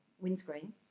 windscreen